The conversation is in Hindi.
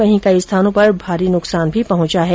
वहीं कई स्थानों पर भारी नुकसान भी पहुंचा है